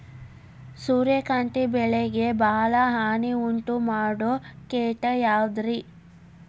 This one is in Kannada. ಸೂರ್ಯಕಾಂತಿ ಬೆಳೆಗೆ ಭಾಳ ಹಾನಿ ಉಂಟು ಮಾಡೋ ಕೇಟ ಯಾವುದ್ರೇ?